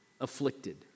afflicted